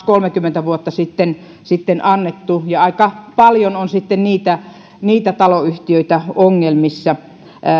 kolmekymmentä vuotta sitten sitten annettu ja aika paljon on sitten niitä niitä taloyhtiöitä ongelmissa